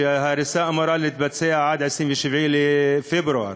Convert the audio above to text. וההריסה אמורה להתבצע עד 27 בפברואר.